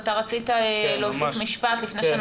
רצית להוסיף משפט לפני שאנחנו עוברים למשרד הבריאות.